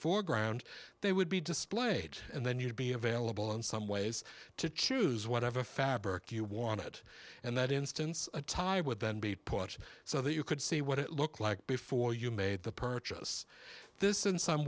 foreground they would be displayed and then you would be available in some ways to choose whatever fabric you wanted and that instance a tie would then be porch so that you could see what it looked like before you made the purchase this in some